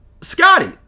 Scotty